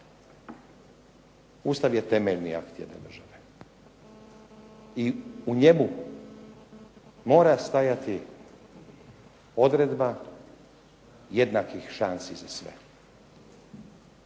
Ustav je temeljni akt jedne države i u njemu mora stajati odredba jednakih šansi za sve.